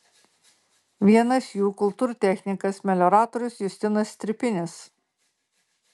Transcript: vienas jų kultūrtechnikas melioratorius justinas stripinis